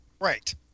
Right